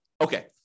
Okay